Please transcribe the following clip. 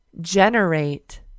generate